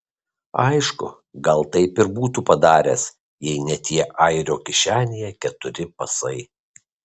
aišku gal taip ir būtų padaręs jei ne tie airio kišenėje keturi pasai